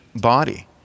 body